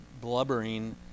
blubbering